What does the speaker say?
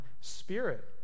spirit